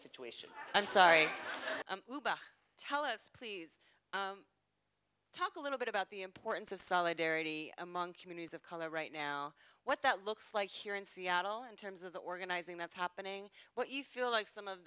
situation i'm sorry tell us please talk a little bit about the importance of solidarity among communities of color right now what that looks like here in seattle in terms of the organizing that's happening what you feel like some of